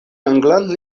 anglan